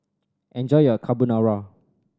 enjoy your Carbonara